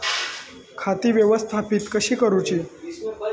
खाती व्यवस्थापित कशी करूची?